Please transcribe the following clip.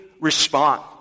respond